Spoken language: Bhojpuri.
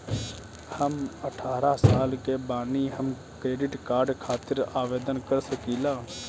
हम अठारह साल के बानी हम क्रेडिट कार्ड खातिर आवेदन कर सकीला?